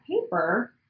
paper